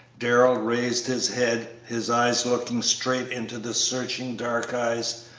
darrell raised his head, his eyes looking straight into the searching dark eyes,